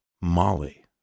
Molly